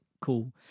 cool